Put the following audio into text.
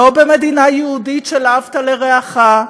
לא במדינה יהודית של "ואהבת לרעך",